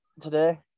today